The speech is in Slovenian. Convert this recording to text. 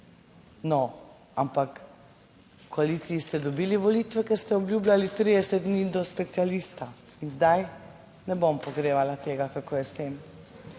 No, ampak v koaliciji ste dobili volitve, ker ste obljubljali 30 dni do specialista in zdaj ne bom pogrevala tega, kako je s tem.